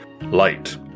Light